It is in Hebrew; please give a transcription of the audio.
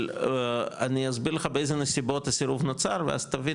אבל אני אסביר לך באיזה נסיבות הסירוב נוצר ואז תבין